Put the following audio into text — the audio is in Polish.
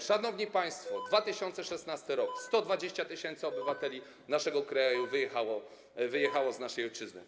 Szanowni państwo, 2016 r. - 120 tys. obywateli naszego kraju wyjechało z naszej ojczyzny.